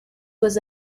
was